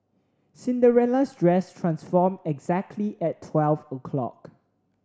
Cinderella's dress transformed exactly at twelve o'clock